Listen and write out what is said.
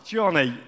Johnny